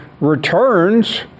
returns